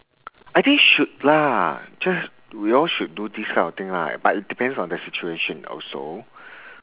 I think should lah just we all should do this kind of thing lah but it depends on the situation also